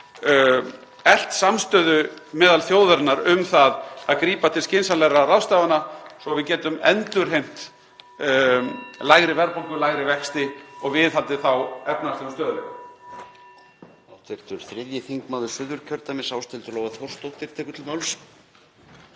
eflt samstöðu meðal þjóðarinnar um það að grípa til skynsamlegra ráðstafana svo við getum endurheimt lægri verðbólgu og lægri vexti og viðhaldið efnahagslegum